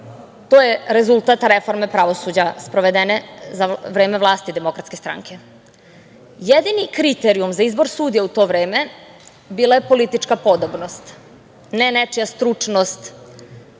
To je rezultat reforme pravosuđa sprovedene za vreme vlasti Demokratske stranke. Jedini kriterijum za izbor sudija u to vreme bila je politička podobnost, ne nečija stručnost,